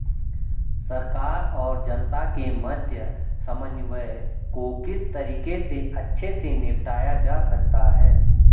सरकार और जनता के मध्य समन्वय को किस तरीके से अच्छे से निपटाया जा सकता है?